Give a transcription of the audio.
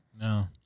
No